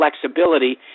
flexibility